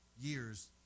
years